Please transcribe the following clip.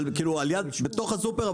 בתוך הסופר,